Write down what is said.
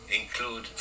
include